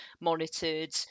monitored